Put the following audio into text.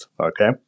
okay